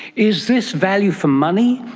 is this value for money,